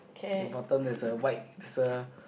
K to bottom there's a white there's a